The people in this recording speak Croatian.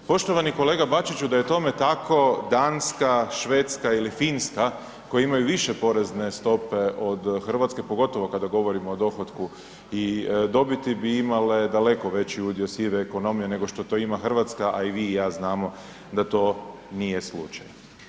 Poštovani kolega Bačiću da je tome tako Danska, Švedska ili Finska koje imaju više porezne stope od Hrvatske pogotovo kada govorimo o dohotku i dobiti bi imale daleko veći udio sive ekonomije nego što to ima Hrvatska a i vi i ja znamo da to nije slučaj.